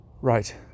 Right